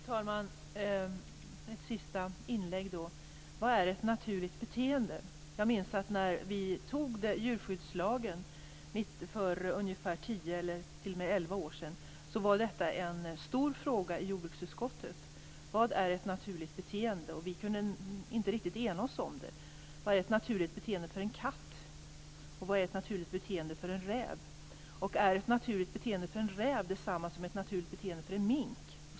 Fru talman! Vad är ett naturligt beteende? jag minns att när vi antog djurskyddslagen för tio elva år sedan var detta en stor fråga i jordbruksutskottet. Vi kunde inte riktigt ena oss om detta. Vad är ett naturligt beteende för en katt? Och vad är ett naturligt beteende för en räv? Är ett naturligt beteende för en räv detsamma som ett naturligt beteende för en mink?